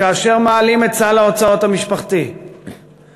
כאשר מעלים את סל ההוצאות המשפחתי במע"מ,